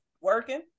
working